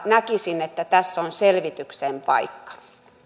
näkisin että tässä on selvityksen paikka